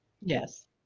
yes